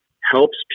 helps